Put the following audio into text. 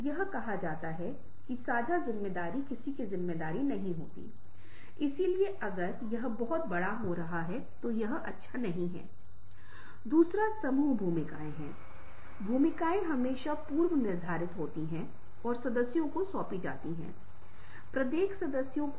stepping pattern जो सीढ़ियों से नीचे की ओर चलने जैसा है कमरे में और एक के बाद एक कदम उठाते हैं जो इस विशेष एनीमेशन के माध्यम से व्यक्त किए जाते हैं